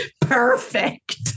perfect